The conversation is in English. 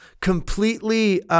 completely